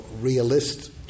realist